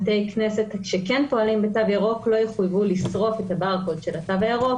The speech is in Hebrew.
בתי כנסת שכן פועלים בתו ירוק לא יחויבו לסרוק את הברקוד של התו הירוק,